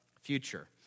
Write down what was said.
future